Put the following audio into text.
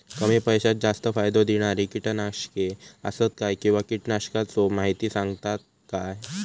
कमी पैशात जास्त फायदो दिणारी किटकनाशके आसत काय किंवा कीटकनाशकाचो माहिती सांगतात काय?